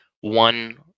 one